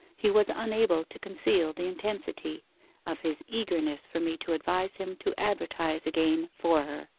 he was unable to conceal the intensity of his eagerness for me to advise him to advertise again for her